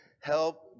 help